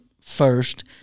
first